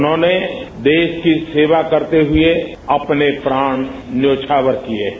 उन्होंने देश की सेवा करते हुए अपने प्राण न्यौछावर किए हैं